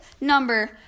number